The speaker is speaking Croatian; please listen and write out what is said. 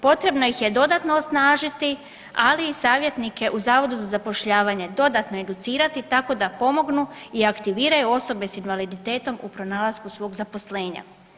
Potrebno ih je dodatno osnažiti, ali i savjetnike u Zavodu za zapošljavanje dodatno educirati tako da pomognu i aktiviraju osobe sa invaliditetom u pronalasku svog zaposlenja.